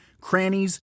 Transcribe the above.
crannies